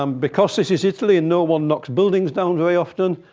um because this is italy and no one knocks buildings down very often,